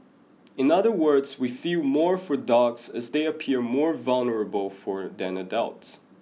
in other words we feel more for dogs as they appear more vulnerable for than adults